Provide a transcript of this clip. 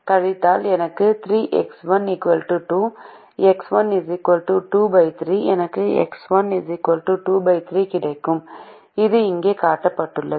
கழித்தால் எனக்கு 3X1 2 X1 23 எனக்கு X1 23 கிடைக்கும் இது இங்கே காட்டப்பட்டுள்ளது